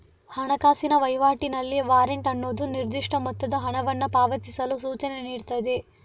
ಹಣಕಾಸಿನ ವೈವಾಟಿನಲ್ಲಿ ವಾರೆಂಟ್ ಅನ್ನುದು ನಿರ್ದಿಷ್ಟ ಮೊತ್ತದ ಹಣವನ್ನ ಪಾವತಿಸಲು ಸೂಚನೆ ನೀಡ್ತದೆ